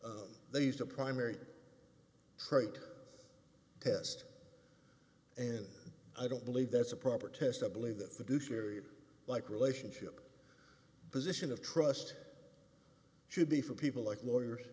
the they used the primary trait test and i don't believe that's a proper test i believe that the do share like relationship position of trust should be for people like lawyers